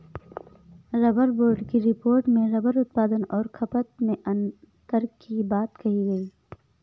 rubber board की report में rubber उत्पादन और खपत में अन्तर की बात कही गई